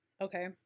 okay